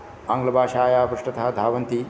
आङ्ग्लभाषायाः पृष्टतः धावन्ति